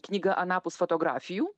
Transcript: knyga anapus fotografijų